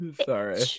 Sorry